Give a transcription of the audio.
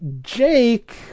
Jake